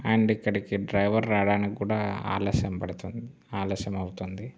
and ఇక్కడికి driver రావడానికి కూడ ఆలస్యం పడతుంది ఆలస్యం అవుతుంది